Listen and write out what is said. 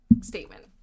statement